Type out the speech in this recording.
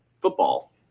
football